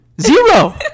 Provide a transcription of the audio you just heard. Zero